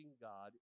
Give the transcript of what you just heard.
God